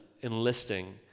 enlisting